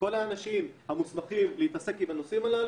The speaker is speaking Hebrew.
את כל האנשים המוסמכים להתעסק עם הנושאים האלה.